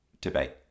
debate